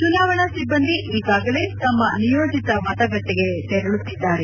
ಚುನಾವಣಾ ಸಿಬ್ಬಂದಿ ಈಗಾಗಲೇ ತಮ್ಮ ನಿಯೋಜಿತ ಮತಗಟ್ಟಿಗಳಿಗೆ ತೆರಳುತ್ತಿದ್ದಾರೆ